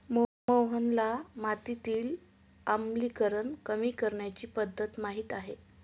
मोहनला मातीतील आम्लीकरण कमी करण्याची पध्दत माहित आहे